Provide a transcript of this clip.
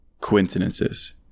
coincidences